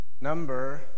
Number